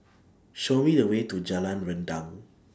Show Me The Way to Jalan Rendang